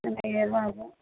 ஐயாயிரரூவா ஆகும்